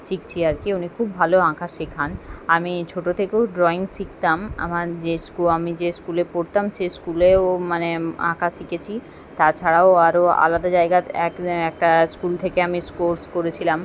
শিখছি আর কি উনি খুব ভালো আঁকা শেখান আমি ছোট থেকেও ড্রইং শিখতাম আমার যে স্কু আমি যে স্কুলে পড়তাম সে স্কুলেও মানে আঁকা শিখেছি তাছাড়াও আরও আলাদা জায়গার এক একটা স্কুল থেকে আমি কোর্স করেছিলাম